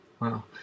Wow